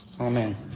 Amen